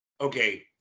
okay